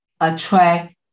attract